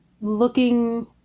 Looking